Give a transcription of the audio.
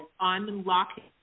unlocking